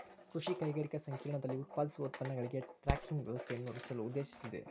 ಕೃಷಿ ಕೈಗಾರಿಕಾ ಸಂಕೇರ್ಣದಲ್ಲಿ ಉತ್ಪಾದಿಸುವ ಉತ್ಪನ್ನಗಳಿಗೆ ಟ್ರ್ಯಾಕಿಂಗ್ ವ್ಯವಸ್ಥೆಯನ್ನು ರಚಿಸಲು ಉದ್ದೇಶಿಸಿದೆ